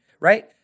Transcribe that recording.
right